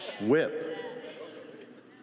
whip